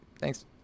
thanks